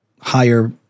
higher